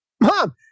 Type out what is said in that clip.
Mom